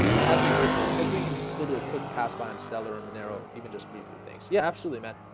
happy birthday, hopefully you can still do a quick pass by on stellar on mineiro even just briefly, thanks yeah, absolutely matt,